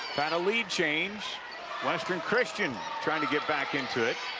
trying to lead change western christian trying to get back into it